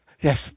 yes